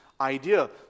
idea